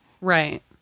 Right